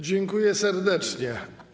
Dziękuję serdecznie.